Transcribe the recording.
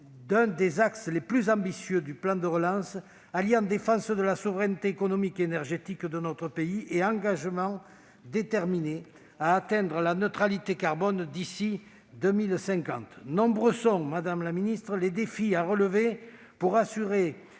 d'un des axes les plus ambitieux du plan de relance, alliant défense de la souveraineté économique et énergétique de notre pays et engagement déterminé à atteindre la neutralité carbone d'ici à 2050. Nombreux sont, madame la secrétaire d'État, les défis à relever pour assurer